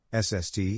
SST